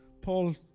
Paul